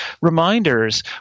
reminders